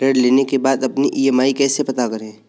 ऋण लेने के बाद अपनी ई.एम.आई कैसे पता करें?